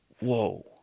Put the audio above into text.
whoa